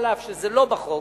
אף שזה לא בחוק,